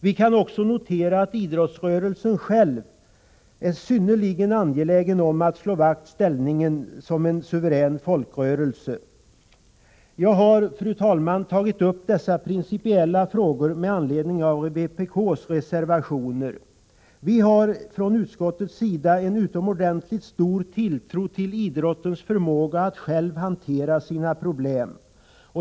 Vi kan också notera att idrottsrörelsen själv är synnerligen angelägen att slå vakt om ställningen som en suverän folkrörelse. Jag har, fru talman, tagit upp dessa principiella frågor med anledning av vpk:s reservationer. Utskottet har en utomordentligt stor tilltro till idrottens förmåga att själv hantera sina problem.